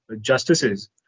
justices